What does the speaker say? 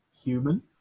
human